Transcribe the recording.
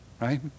right